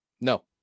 No